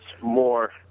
more